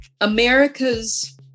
America's